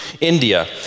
India